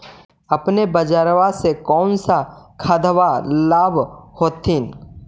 अपने बजरबा से कौन सा खदबा लाब होत्थिन?